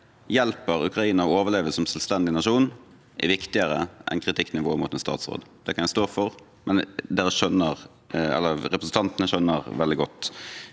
hjelper Ukraina å overleve som selvstendig nasjon, er viktigere enn kritikknivået mot en statsråd. Det kan jeg stå for, men representantene skjønner i bunn